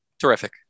Terrific